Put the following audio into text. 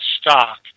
stock